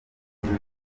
sinzi